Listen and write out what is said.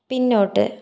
പിന്നോട്ട്